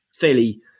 fairly